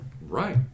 Right